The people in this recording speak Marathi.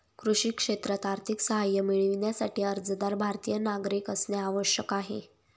कृषी क्षेत्रात आर्थिक सहाय्य मिळविण्यासाठी, अर्जदार भारतीय नागरिक असणे आवश्यक आहे